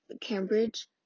Cambridge